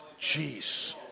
jeez